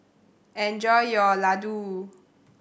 enjoy your laddu